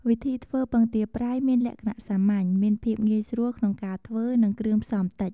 វិធីធ្វើពងទាប្រៃ មានលក្ខណៈសាមញ្ញ មានភាពងាយស្រួលក្នុងការធ្វើ និងគ្រឿងផ្សំតិច។